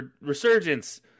resurgence